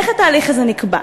איך התהליך הזה נקבע?